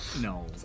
No